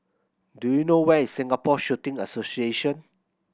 do you know where is Singapore Shooting Association